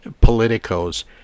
politicos